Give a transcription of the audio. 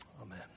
Amen